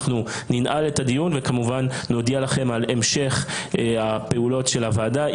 אנחנו ננעל את הדיון וכמובן נודיע לכם על המשך הפעולות של הוועדה,